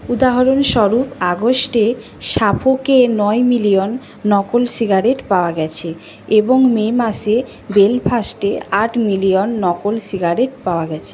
উদাহরণস্বরূপ আগস্টে সাফোকে নয় মিলিয়ন নকল সিগারেট পাওয়া গেছে এবং মে মাসে বেলফাস্টে আট মিলিয়ন নকল সিগারেট পাওয়া গেছে